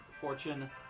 fortune